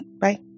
Bye